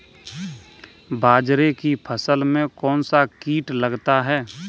बाजरे की फसल में कौन सा कीट लगता है?